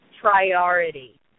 priority